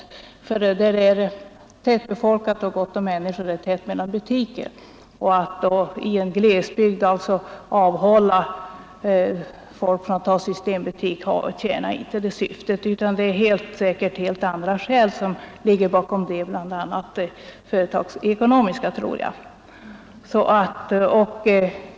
I områden där det är gott om människor är det också tätt mellan systembolagsbutikerna, och att då undanhålla glesbygdsbefolkningen sådana butiker tjänar inte något nykterhetspolitiskt syfte. Nej, det är andra — jag tror först och främst företagsekonomiska — skäl som ligger bakom den ojämna fördelningen.